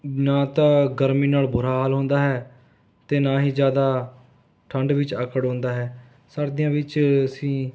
ਨਾ ਤਾਂ ਗਰਮੀ ਨਾਲ ਬੁਰਾ ਹਾਲ ਹੁੰਦਾ ਹੈ ਅਤੇ ਨਾ ਹੀ ਜ਼ਿਆਦਾ ਠੰਢ ਵਿੱਚ ਅਕੜ ਹੁੰਦਾ ਹੈ ਸਰਦੀਆਂ ਵਿੱਚ ਅਸੀਂ